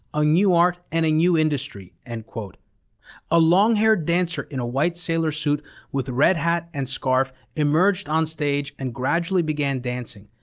a new art, and a new industry. and a long-haired dancer in a white sailor suit with red hat and scarf emerged on stage and gradually began dancing.